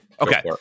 okay